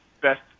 best